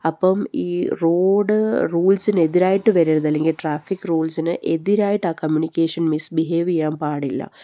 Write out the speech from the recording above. അപ്പം ഈ റോഡ് റൂൾസിന് എതിരായിട്ട് വരരുത് അല്ലെങ്കിൽ ട്രാഫിക് റൂൾസിന് എതിരായിട്ട് ആ കമ്മ്യൂണിക്കേഷൻ മിസ് ബിഹേവ് ചെയ്യാൻ പാടില്ല